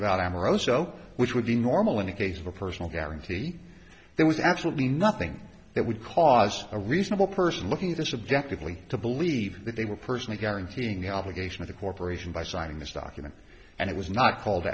about amaro so which would be normal in the case of a personal guarantee there was absolutely nothing that would cause a reasonable person looking at this objectively to believe that they were personally guaranteeing the obligation of the corporation by signing this document and it was not called